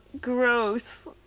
gross